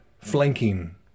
flanking